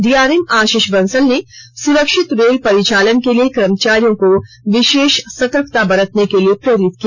DRM Ashish Bansal ने सुरक्षित rail परिचालन के लिए कर्मचारियों को विशेष सतर्कता बरतने के लिए प्रेरित किया